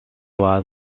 was